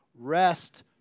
Rest